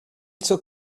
took